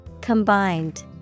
Combined